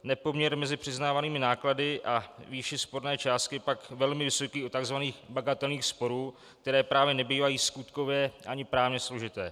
Nepoměr mezi přiznávanými náklady a výší sporné částky je pak velmi vysoký u tzv. bagatelních sporů, které právě nebývají skutkově ani právně složité.